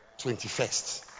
21st